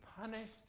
punished